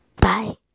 Bye